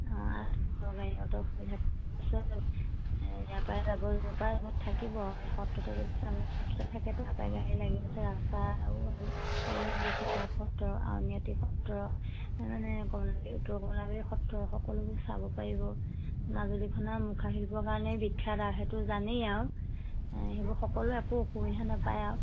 অঁ গাড়ীত সুবিধা আছে ইয়াৰ পৰা যাব যোগাৰ থাকিব সত্ৰতে যদি সত্ৰতা থাকে তাপা গাড়ী লাগি আছে ৰাস্তাও হ'ল এইবিলাক দক্ষিণ পাঠ সত্ৰ আউনীআটী সত্ৰ মানে কমলাবাৰী উত্তৰ কলাবাৰী সত্ৰ সকলোবোৰ চাব পাৰিব মাজুলীখনৰ মুখাশিল্পৰ কাৰণে বিখ্যাত আৰু সেইটো জানেই আৰু সেইবোৰ সকলোৱে একো অসুবিধা নাপায় আৰু